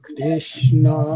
Krishna